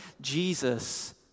jesus